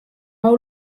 hau